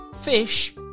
Fish